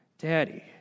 Daddy